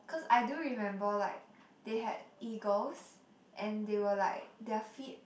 cause I do remember like they had eagles and they were like their feet